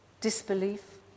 Disbelief